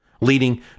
leading